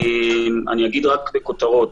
אגיד רק בכותרות.